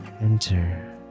enter